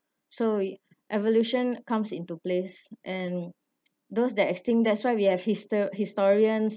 so evolution comes into place and those that extinct that's why we have histo~ historians